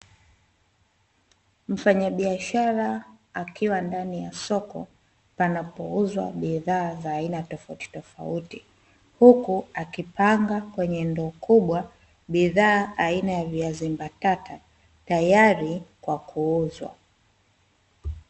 Mfanyabiashara akiwa ndani ya soko panapouzwa bidhaa za aina tofauti tofauti, huku akipanga kwenye ndoo kubwa bidhaa aina ya viazi mbatata tayari kwa kuuzwa.